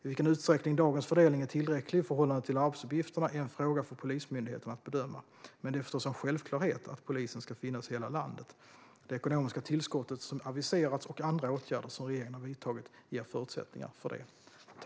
I vilken utsträckning dagens fördelning är tillräcklig i förhållande till arbetsuppgifterna är en fråga för Polismyndigheten att bedöma. Men det är förstås en självklarhet att polisen ska finnas i hela landet. Det ekonomiska tillskottet som aviserats och andra åtgärder som regeringen har vidtagit ger förutsättningar för det.